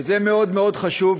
וזה מאוד מאוד חשוב,